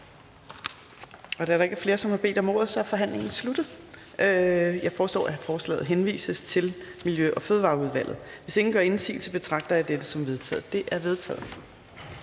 Da der ikke er flere, som har bedt om ordet, er forhandlingen sluttet. Jeg foreslår, at forslaget henvises til Miljø- og Fødevareudvalget. Hvis ingen gør indsigelse, betragter jeg dette som vedtaget. Det er vedtaget.